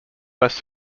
less